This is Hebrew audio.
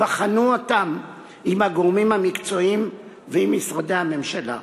בחנו אותן עם הגורמים המקצועיים ועם משרדי הממשלה.